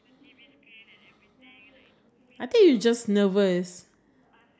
uh I I mean like other than banking everything like do you want to be like